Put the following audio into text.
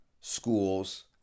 schools